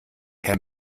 herr